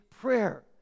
prayer